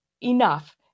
enough